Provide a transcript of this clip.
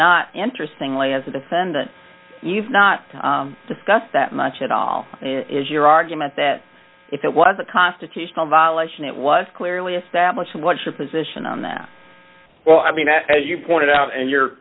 not interesting lay as a defendant you've not discussed that much at all is your argument that if it was a constitutional violation it was clearly established what your position on that well i mean as you pointed out and your